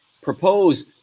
propose